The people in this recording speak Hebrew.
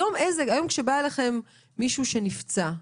היום כשבא אליכם מישהו שנפצע,